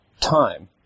time